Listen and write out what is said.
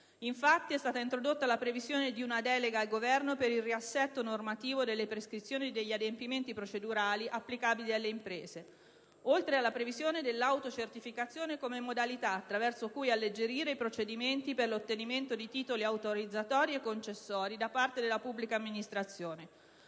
Infatti, è stata introdotta la previsione di una delega al Governo per il riassetto normativo delle prescrizioni e degli adempimenti procedurali applicabili alle imprese, oltre alla previsione dell'autocertificazione come modalità attraverso cui alleggerire i procedimenti per l'ottenimento di titoli autorizzatori e concessori da parte della pubblica amministrazione.